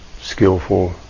skillful